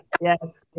yes